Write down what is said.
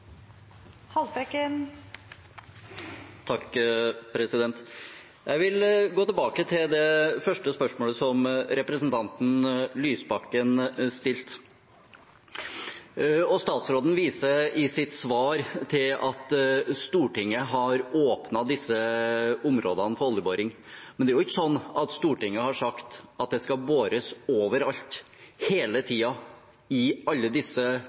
det første spørsmålet som representanten Lysbakken stilte. Statsråden viser i sitt svar til at Stortinget har åpnet disse områdene for oljeboring, men det er jo ikke sånn at Stortinget har sagt at det skal bores overalt, hele tiden, i alle disse